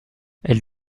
elle